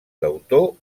deutor